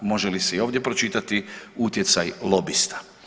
Može li se i ovdje pročitati utjecaj lobista?